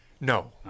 No